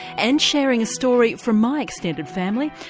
and sharing a story from my extended family,